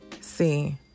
See